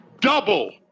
double